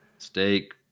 steak